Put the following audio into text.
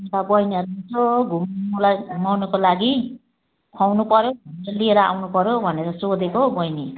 र बहिनीहरू यसो घुम्नुलाई घुमाउनुको लागि खुवाउनुपर्यो भनेर लिएर आउनुपर्यो भनेर सोधेको बहिनी